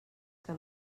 que